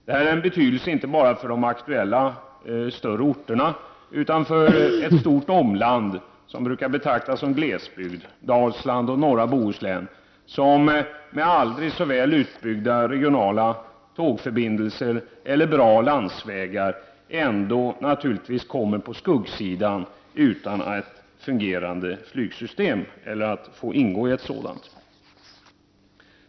Detta är av betydelse inte bara för de större orterna, utan för ett stort omland som brukar betraktas som glesbygd, — Dalsland och norra Bohuslän. Med aldrig så väl utbyggda regionala tågförbindelser eller bra landsvägar kommer dessa bygder ändå på skuggsidan om de inte får ingå i ett fungerande flygsystem.